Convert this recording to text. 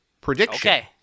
prediction